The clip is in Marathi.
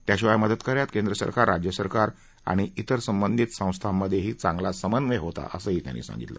त्याशिवाय मदतकार्यात केंद्रसरकार राज्यसरकार आणि इतर संबंधित संस्थांमधेही चांगला समन्वय होता असंही त्यांनी सांगितलं